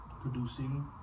producing